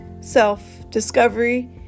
self-discovery